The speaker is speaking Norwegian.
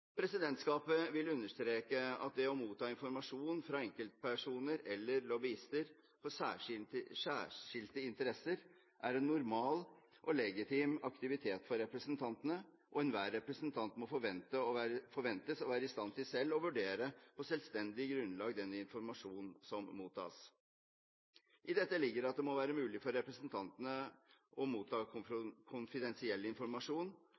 Presidentskapet vil understreke at det å motta informasjon fra enkeltpersoner eller lobbyister for særskilte interesser, er en normal og legitim aktivitet for representantene. Enhver representant må forventes å være i stand til selv å vurdere på selvstendig grunnlag den informasjonen som mottas. I dette ligger det at det må være mulig for representantene å motta konfidensiell informasjon,